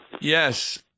Yes